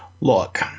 Look